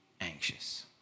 anxious